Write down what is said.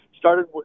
Started